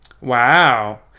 Wow